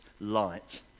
light